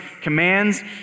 commands